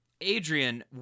adrian